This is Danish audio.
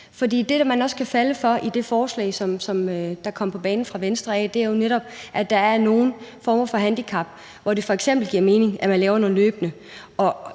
For det, som man også kan falde for i det forslag, der kom på banen fra Venstres side, er jo netop, at der er nogle former for handicap, hvor det f.eks. giver mening, at man laver noget løbende.